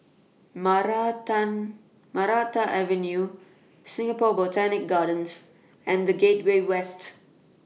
Maranta Maranta Avenue Singapore Botanic Gardens and The Gateway West